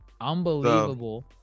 Unbelievable